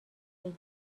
بگی